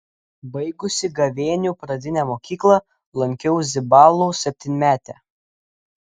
baigusi gavėnių pradinę mokyklą lankiau zibalų septynmetę